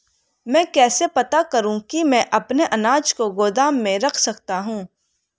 मैं कैसे पता करूँ कि मैं अपने अनाज को गोदाम में रख सकता हूँ?